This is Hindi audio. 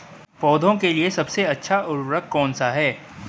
पौधों के लिए सबसे अच्छा उर्वरक कौन सा है?